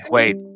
Wait